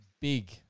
big